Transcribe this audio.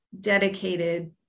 dedicated